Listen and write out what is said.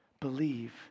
believe